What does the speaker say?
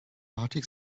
arctic